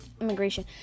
Immigration